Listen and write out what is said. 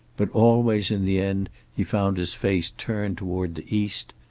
but always in the end he found his face turned toward the east,